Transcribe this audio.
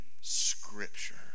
scripture